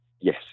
Yes